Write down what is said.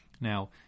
Now